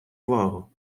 увагу